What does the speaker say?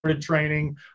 training